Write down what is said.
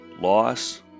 loss